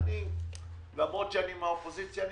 ולמרות שאני מהאופוזיציה,